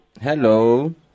Hello